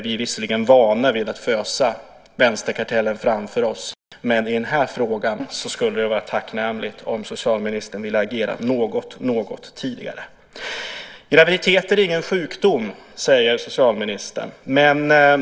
Vi är visserligen vana vid att fösa vänsterkartellen framför oss, men i den här frågan skulle det vara tacknämligt om socialministern ville agera något tidigare. Graviditeten är ingen sjukdom, säger socialministern.